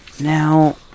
Now